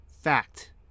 Fact